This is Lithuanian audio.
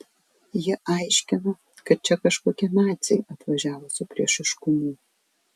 jie aiškino kad čia kažkokie naciai atvažiavo su priešiškumu